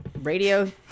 radio